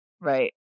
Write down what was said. right